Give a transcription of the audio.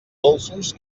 dolços